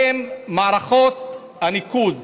האם מערכות הניקוז